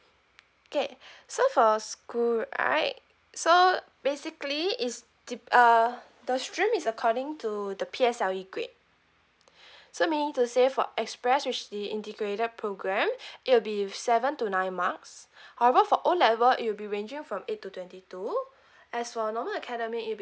okay so for school right so basically is to uh the stream is according to the P_S_L_E grade so meaning to say for express which is the integrated program it will be seven to nine marks however for O level it will be ranging from eight to twenty two as for normal academic it will be